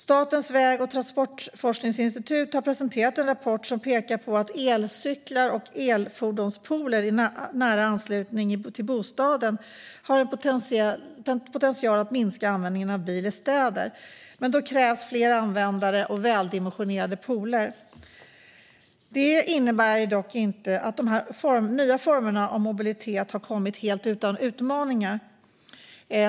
Statens väg och transportforskningsinstitut har presenterat en rapport där man pekar på att elcyklar och elfordonspooler i nära anslutning till bostaden har potential att minska användningen av bil i städer, men då krävs fler användare och väldimensionerade pooler. Detta innebär dock inte att de nya formerna av mobilitet har kommit helt utan utmaningar.